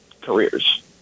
careers